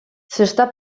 zesta